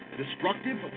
destructive